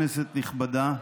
כנסת נכבדה,